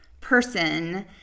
person